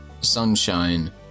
sunshine